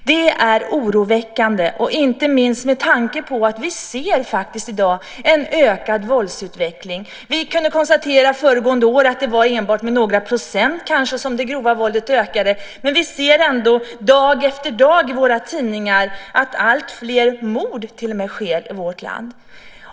Det är oroväckande inte minst med tanke på att vi i dag ser en ökad våldsutveckling. Vi kunde föregående år konstatera att det grova våldet ökade med kanske bara några procent. Men vi ser ändå dag efter dag i våra tidningar att alltfler mord sker i vårt land.